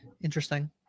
interesting